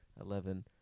eleven